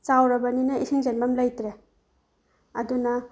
ꯆꯥꯎꯔꯕꯅꯤꯅ ꯏꯁꯤꯡ ꯆꯦꯟꯐꯝ ꯂꯩꯇ꯭ꯔꯦ ꯑꯗꯨꯅ